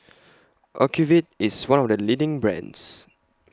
Ocuvite IS one of The leading brands